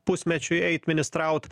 pusmečiui eit ministraut